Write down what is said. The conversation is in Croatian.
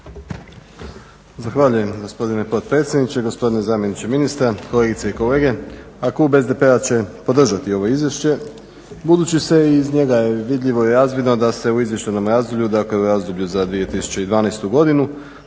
Zahvaljujem gospodine potpredsjedniče, gospodine zamjeniče ministra, kolegice i kolege. Klub SDP-a će podržati ovo Izvješće. Budući se iz njega je vidljivo i razvidno da se u izvještajnom razdoblju, dakle u razdoblju za 2012. godinu